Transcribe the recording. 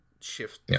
shift